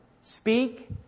Speak